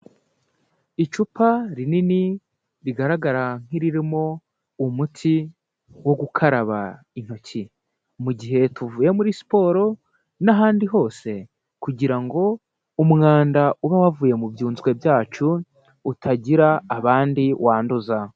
Icupa rinini rigaragara nk'iririmo umuti wo gukaraba intoki mu gihe tuvuye muri siporo n'ahandi hose kugira ngo umwanda uba wavuye mu byunzwe byacu utagira abandi wanduza.